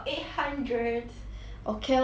okay lor good for you lor